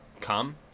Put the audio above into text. Come